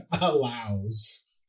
allows